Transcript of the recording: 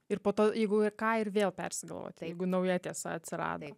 ir po to jeigu ir ką ir vėl persigalvoti jeigu nauja tiesa atsirado